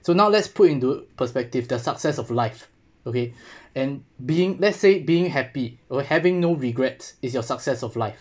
so now let's put into perspective the success of life okay and being let's say being happy or having no regrets is your success of life